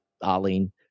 Aline